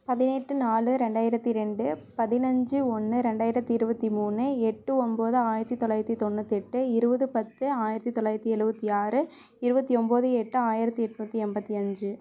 பதினெட்டு நாலு ரெண்டாயிரத்தி ரெண்டு பதினஞ்சு ஒன்று ரெண்டாயிரத்தி இருபத்தி மூணு எட்டு ஒம்பது ஆயிரத்தி தொள்ளாயிரத்தி தொண்ணூத்தெட்டு இருபது பத்து ஆயிரத்தி தொள்ளாயிரத்தி எழுபத்தி ஆறு இருபத்தி ஒம்பது எட்டு ஆயிரத்தி எட்நூற்றி எண்பத்தி அஞ்சு